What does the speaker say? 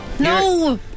No